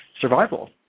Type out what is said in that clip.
survival